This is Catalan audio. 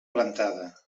plantada